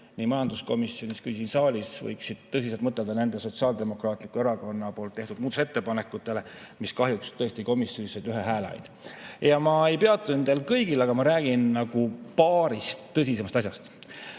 nii majanduskomisjonis kui ka siin saalis võiksid tõsiselt mõtelda nendele Sotsiaaldemokraatliku erakonna tehtud muudatusettepanekutele, mis kahjuks tõesti komisjonis said ainult ühe hääle. Ma ei peatu nendel kõigil, aga ma räägin paarist tõsisemast asjast.